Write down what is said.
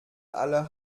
aller